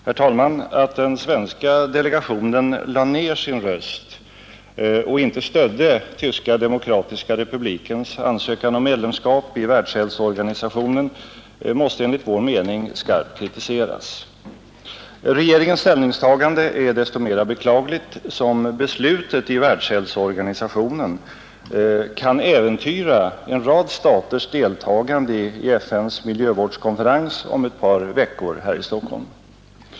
Herr talman! Att den svenska delegationen lade ned sin röst och inte stödde Tyska demokratiska republikens ansökan om medlemskap i Världshälsoorganisationen måste enligt vår mening skarpt kritiseras. Regeringens ställningstagande är desto mera beklagligt som beslutet i Världshälsoorganisationen kan äventyra en rad staters deltagande i FN:s miljövårdskonferens om ett par veckor i Stockholm.